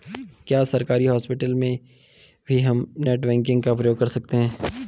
क्या सरकारी हॉस्पिटल में भी हम नेट बैंकिंग का प्रयोग कर सकते हैं?